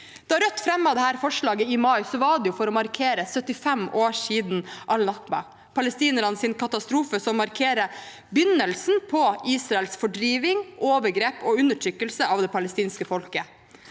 Da Rødt fremmet dette forslaget i mai, var det for å markere 75 år siden al-nakba, palestinernes katastrofe, som markerer begynnelsen på Israels fordriving av, overgrep mot og undertrykkelse av det palestinske folket.